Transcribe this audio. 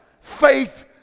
faith